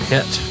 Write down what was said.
Hit